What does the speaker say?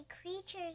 creatures